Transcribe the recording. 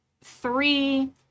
three